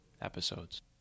episodes